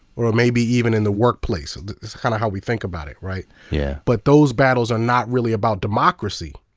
or maybe even in the work sphere, that's kind of how we think about it, right? yeah. but those battles are not really about democracy.